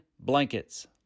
Blankets